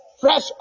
fresh